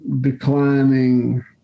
declining